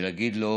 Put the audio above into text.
ולהגיד לו: